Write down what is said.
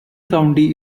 county